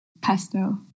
pesto